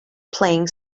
playing